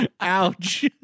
Ouch